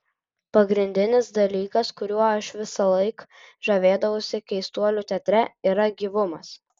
pagrindinis dalykas kuriuo aš visąlaik žavėdavausi keistuolių teatre yra gyvumas